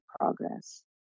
progress